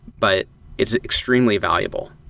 but it's extremely valuable.